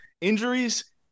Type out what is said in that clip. injuries